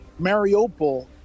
Mariupol